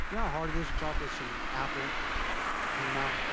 yeah hard it is to talk with some apple in your mouth?